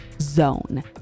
.zone